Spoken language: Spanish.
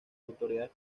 autoridades